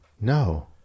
No